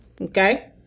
okay